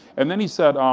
and then he said, um